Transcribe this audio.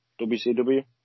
WCW